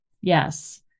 yes